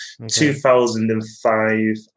2005